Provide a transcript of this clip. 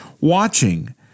watching